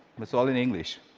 it's all in english.